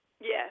Yes